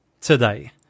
today